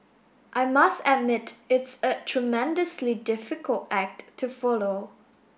I must admit it's a tremendously difficult act to follow